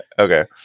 Okay